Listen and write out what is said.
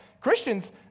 Christians